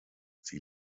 sie